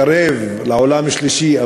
קרוב, לעולם שלישי.